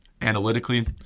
Analytically